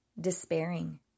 despairing